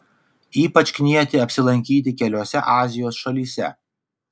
ypač knieti apsilankyti keliose azijos šalyse